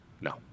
No